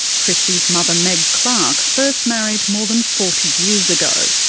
christy's mother meg clark first married more than forty years ago.